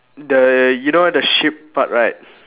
the you know the sheep part right